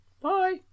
Bye